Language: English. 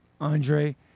Andre